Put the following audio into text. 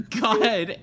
God